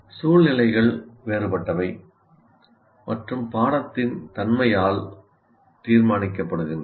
சூழ்நிலைகள் வேறுபட்டவை மற்றும் பாடத்தின் தன்மையால் தீர்மானிக்கப்படுகின்றன